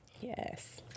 Yes